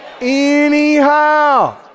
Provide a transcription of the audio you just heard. Anyhow